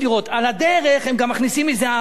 על הדרך הם גם מכניסים איזו הכבדה,